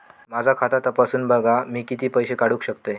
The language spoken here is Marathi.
माझा खाता तपासून बघा मी किती पैशे काढू शकतय?